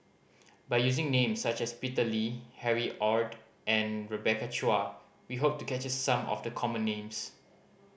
by using names such as Peter Lee Harry Ord and Rebecca Chua we hope to capture some of the common names